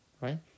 right